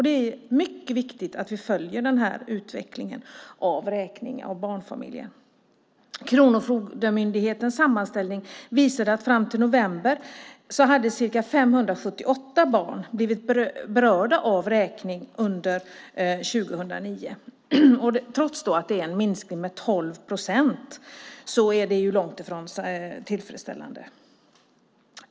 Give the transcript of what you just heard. Det är viktigt att vi följer denna utveckling. Kronofogdemyndighetens sammanställning visade att fram till november hade ca 578 barn blivit berörda av vräkning under 2009. Trots att det är en minskning med 12 procent är det långt ifrån tillfredsställande.